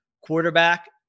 quarterback